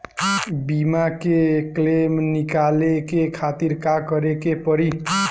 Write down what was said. बीमा के क्लेम निकाले के खातिर का करे के पड़ी?